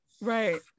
Right